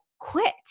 quit